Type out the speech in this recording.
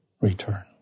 return